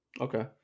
okay